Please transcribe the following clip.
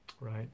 right